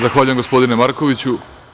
Zahvaljujem, gospodine Markoviću.